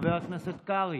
חבר הכנסת קרעי,